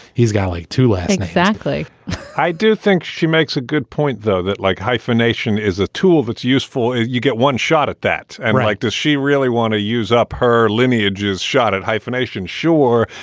he's got like to less factly i do think she makes a good point, though, that like hyphenation is a tool that's useful. you get one shot at that, and rarely like does she really want to use up her lineages. shot at hyphenation. sure.